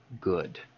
good